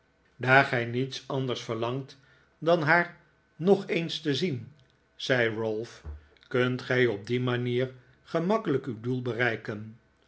daar gij niets anders verlangt dan haar juffrouw nickleby in voornaam gezelschap nog eens te zien zei ralph kunt gij op die manier gemakkelijk uw doel bereiken